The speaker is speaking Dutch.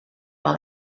wel